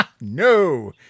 No